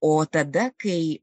o tada kai